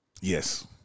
Yes